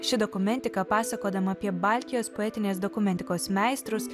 ši dokumentika pasakodama apie baltijos poetinės dokumentikos meistrus